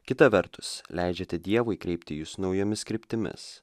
kita vertus leidžiate dievui kreipti jus naujomis kryptimis